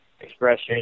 Expression